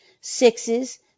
Sixes